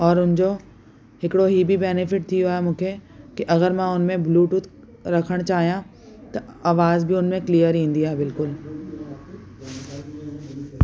और हुनजो हिकिड़ो हीअ बि बैनिफिट थी वियो आहे मूंखे की अगरि मां हुनमें ब्लूतुथ रखण चाहियां त आवाज़ बि हुनमें क्लिअर ईदी आहे बिल्कुलु